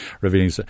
Revealing